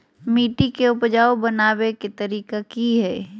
मिट्टी के उपजाऊ बनबे के तरिका की हेय?